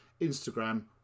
Instagram